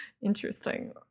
Interesting